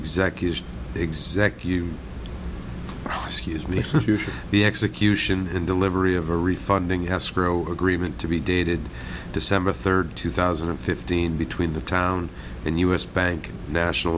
executive exact you excuse me the execution and delivery of a refunding escrow agreement to be dated december third two thousand and fifteen between the town and us bank national